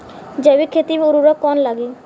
जैविक खेती मे उर्वरक कौन लागी?